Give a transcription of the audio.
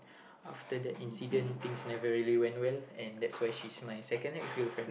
after that incident things never really went well and that's why she's my second ex girlfriend